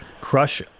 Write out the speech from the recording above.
crush